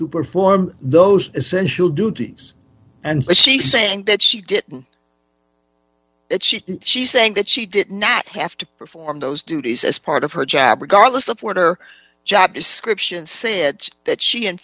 to perform those essential duties and she saying that she didn't that she she saying that she did not have to perform those duties as part of her job regardless of order job description said that she